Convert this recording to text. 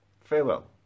Farewell